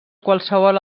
qualsevol